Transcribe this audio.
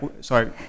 sorry